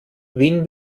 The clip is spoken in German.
wen